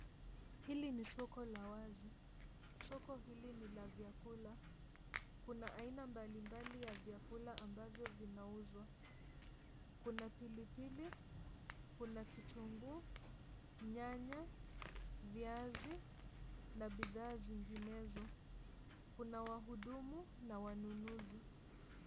Hili ni soko la wazi. Soko hili ni la vyakula. Kuna aina mbalimbali ya vyakula ambavyo vinauzwa. Kuna pilipili, kuna kitunguu, nyanya, viazi na bidhaa zinginezo. Kuna wahudumu na wanunuzi.